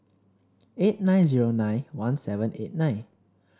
eight nine zero nine one seven eight nine